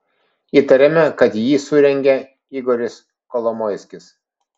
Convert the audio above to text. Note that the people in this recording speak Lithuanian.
įtariame kad jį surengė igoris kolomoiskis